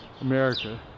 America